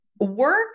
work